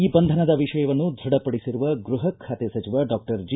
ಈ ಬಂಧನದ ವಿಷಯವನ್ನು ದೃಢಪಡಿಸಿರುವ ಗೃಹ ಖಾತೆ ಸಚಿವ ಡಾಕ್ಟರ್ ಜಿ